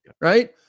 right